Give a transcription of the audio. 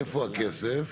איפה הכסף?